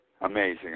Amazing